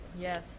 Yes